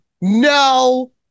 no